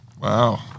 Wow